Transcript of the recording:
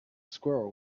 squirrel